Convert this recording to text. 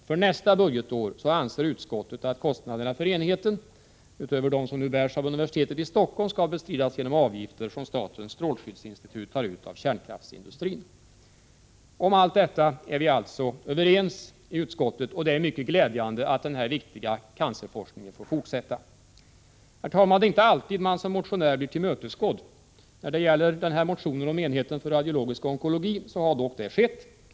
För nästa budgetår anser utskottet att kostnaderna för enheten, utöver dem som nu bärs av universitetet i Stockholm, skall bestridas genom avgifter som statens strålskyddsinstitut tar ut av kärnkraftsindustrin. Om allt detta är vi alltså överens i utskottet, och det är mycket glädjande att denna viktiga cancerforskning får fortsätta. Herr talman! Det är inte alltid man som motionär blir tillmötesgådd. När det gäller motionen om enheten för radiologisk onkologi har dock detta skett.